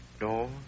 No